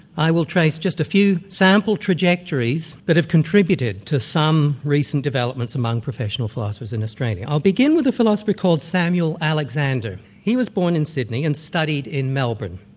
i will trace just a few sample trajectories that have contributed to some recent developments among professional philosophers in australia. i'll begin with a philosopher called samuel alexander. he was born in sydney and studied in melbourne,